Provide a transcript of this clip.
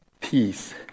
peace